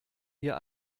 wir